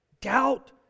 Doubt